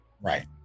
Right